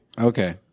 okay